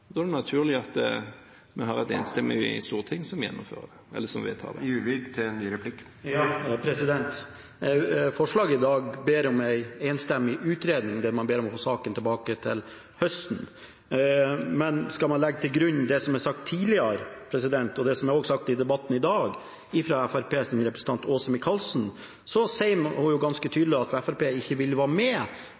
Da er det naturlig at vi har et enstemmig storting som vedtar det. Forslaget i dag ber om en enstemmig utredning og om å få saken tilbake til høsten, men skal man legge til grunn det som er sagt tidligere, og som også er sagt i debatten i dag, av representanten Åse Michaelsen, er det ganske tydelig at Fremskrittspartiet ikke vil være med